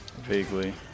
Vaguely